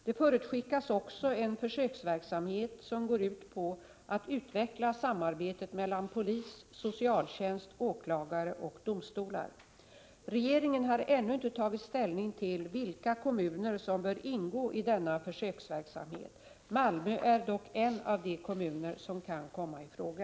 Det förutskickas också en försöksverksamhet som går ut på att utveckla samarbetet mellan polis, socialtjänst, åklagare och domstolar. Regeringen har ännu inte tagit ställning till vilka kommuner som bör ingå i denna försöksverksamhet. Malmö är dock en av de kommuner som kan komma i fråga.